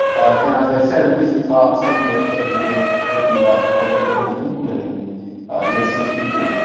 and as i said in recent talks, some of them are getting to be a little cranky about all the burden of implementing e s six features.